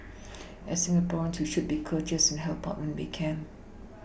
as Singaporeans we should be courteous and help out when we can